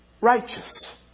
righteous